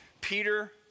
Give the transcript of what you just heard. Peter